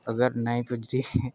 अगर नेईं पुज्जी